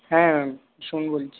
হ্যাঁ ম্যাম সুমন বলছি